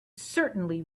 certainly